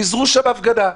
פיזרו שם הפגנה.